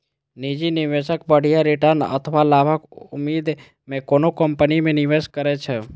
निजी निवेशक बढ़िया रिटर्न अथवा लाभक उम्मीद मे कोनो कंपनी मे निवेश करै छै